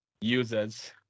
Users